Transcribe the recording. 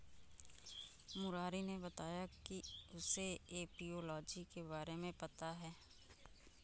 मुरारी ने बताया कि उसे एपियोलॉजी के बारे में पता है